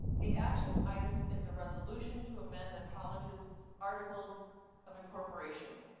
the action item is a resolution to amend the college's articles of incorporation.